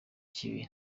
kibi